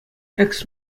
экс